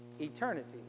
eternity